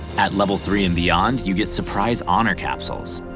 at level three and beyond you get surprise honor capsules.